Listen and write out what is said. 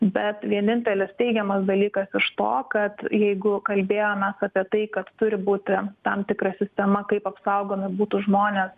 bet vienintelis teigiamas dalykas iš to kad jeigu kalbėjomės apie tai kad turi būti tam tikra sistema kaip apsaugomi būtų žmonės